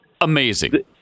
amazing